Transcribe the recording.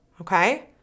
Okay